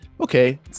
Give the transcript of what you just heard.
okay